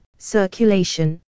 circulation